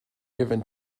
given